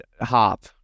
hop